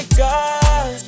god